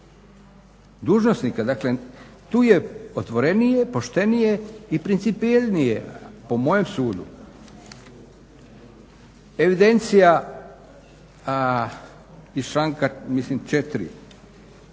dužnosnika. Dakle, tu je otvorenije, poštenije i principijelnije po mojem sudu. Evidencija iz članka mislim 4. i 5.